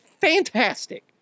fantastic